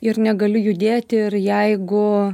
ir negaliu judėti ir jeigu